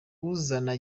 uzana